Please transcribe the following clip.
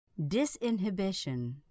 Disinhibition